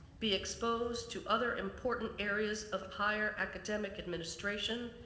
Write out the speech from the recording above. be exposed to other important areas of higher academic administration,